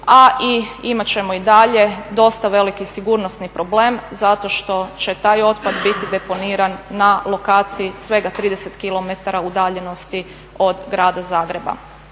i imat ćemo i dalje dosta veliki sigurnosni problem zato što će taj otpad biti deponiran na lokaciji svega 30 km udaljenosti od grada Zagreba.